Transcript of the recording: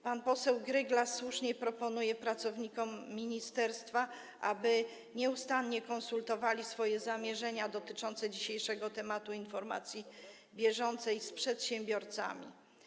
Pan poseł Gryglas słusznie proponuje pracownikom ministerstwa, aby nieustannie konsultowali swoje zamierzenia dotyczące dzisiejszego tematu informacji bieżącej z przedsiębiorcami.